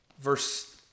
verse